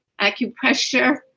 acupressure